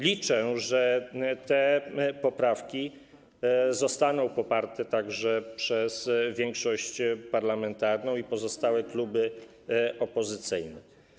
Liczę, że te poprawki zostaną poparte także przez większość parlamentarną i pozostałe kluby opozycyjne.